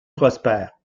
prospère